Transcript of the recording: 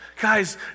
Guys